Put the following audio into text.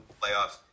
playoffs